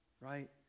right